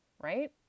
Right